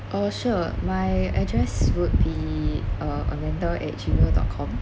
oh sure my address would be uh amanda at gmail dot com